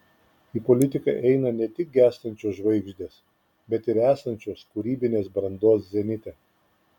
į politiką eina ne tik gęstančios žvaigždės bet ir esančios kūrybinės brandos zenite